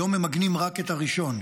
היום ממגנים רק את הראשון.